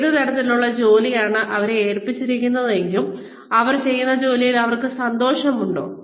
ഏത് തരത്തിലുള്ള ജോലിയാണ് അവരെ ഏൽപ്പിച്ചിരിക്കുന്നതെങ്കിലും അവർ ചെയ്യുന്ന ജോലിയിൽ അവർക്ക് സന്തോഷമുണ്ടോ